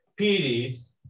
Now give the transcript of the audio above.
PDs